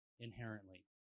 inherently